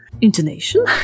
Intonation